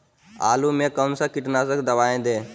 आलू में कौन सा कीटनाशक दवाएं दे?